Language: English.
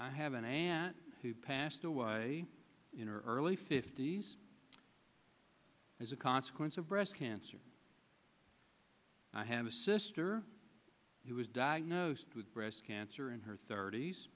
i have and who passed away in early fifty's as a consequence of breast cancer i have a sister who was diagnosed with breast cancer in her thirt